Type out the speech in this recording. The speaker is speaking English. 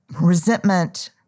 resentment